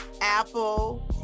apple